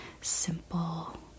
simple